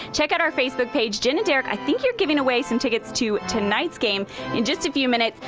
check out our facebook page. jen and derrick, i think you're giving away so and tickets to tonight's game in just a few minutes.